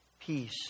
peace